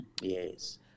Yes